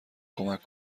کمک